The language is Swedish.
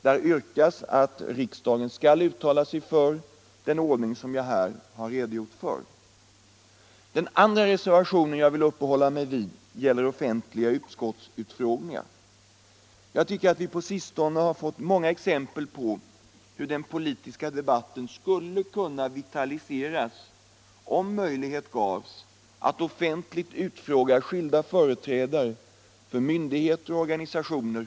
Där yrkas att riksdagen skall uttala sig för den ordning som jag här har redogjort för. Den andra reservationen som jag vill uppehålla mig vid gäller offentliga utskottsutfrågningar. Jag tycker att vi på sistone har fått många exempel på hur den politiska debatten skulle kunna vitaliseras, om möjlighet gavs att i utskotten offentligt utfråga skilda företrädare för myndigheter och organisationer.